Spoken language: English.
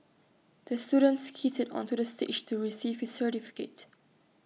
the student skated onto the stage to receive his certificate